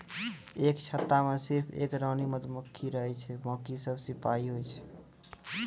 एक छत्ता मॅ सिर्फ एक रानी मधुमक्खी रहै छै बाकी सब सिपाही होय छै